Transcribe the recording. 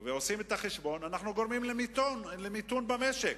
אנחנו גורמים למיתון במשק,